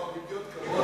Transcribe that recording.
מה, הוא אידיוט כמוני?